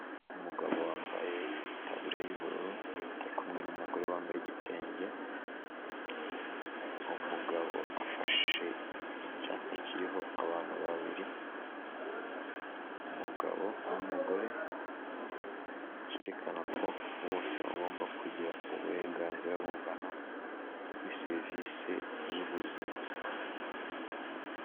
Umugabo wambaye itaburiya y'ubururu, ari kumwe n'umugore wambaye igitenge, umugabo afashe icyapa kiriho abantu babiri, umugabo n'umugore, cyerekana ko bose bagomba kugira uburenganzira bungana kuri serivisi z'ubuzima.